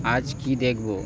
আজ কী দেখবো